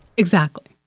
exactly.